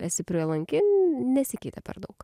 esi prielanki nesikeitė per daug